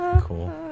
Cool